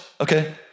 Okay